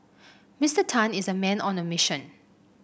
Mister Tan is a man on a mission